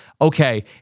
okay